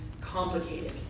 complicated